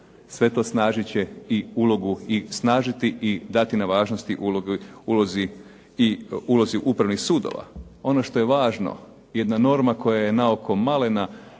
Sve to snažit će ulozi i snažit i dati na važnosti i u ulozi upravnih sudova. Ono što je važno jedna norma koja je na oko malena